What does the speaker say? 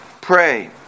Pray